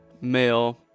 male